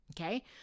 Okay